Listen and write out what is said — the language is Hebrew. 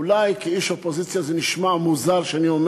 אולי זה נשמע מוזר שאני,